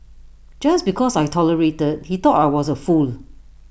just because I tolerated he thought I was A fool